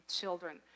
children